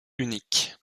unique